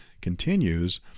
continues